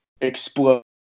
explode